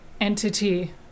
entity